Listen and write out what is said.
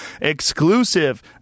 exclusive